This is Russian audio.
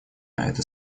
это